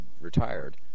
retired